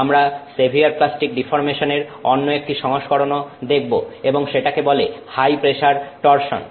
আমরা severe plastic deformation এর অন্য একটি সংস্করণও দেখব এবং সেটাকে বলে হাই প্রেসার টরসন